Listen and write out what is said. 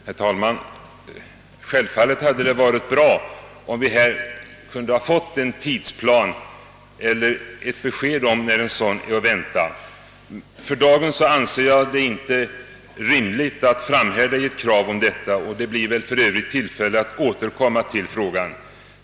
Herr talman! Självfallet hade det varit bra om vi nu hade kunnat få en tidsplan eHer ett besked om när en sådan är att vänta. För dagen anser jag det inte rimligt att framhärda i ett krav om detta; det blir tillfälle att återkomma.